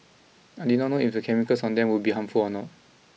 I did not know if the chemicals on them would be harmful or not